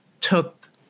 took